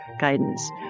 guidance